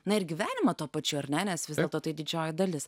na ir gyvenimą tuo pačiu ar ne nes vis dėlto tai didžioji dalis